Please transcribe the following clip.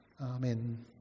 Amen